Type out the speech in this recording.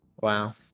wow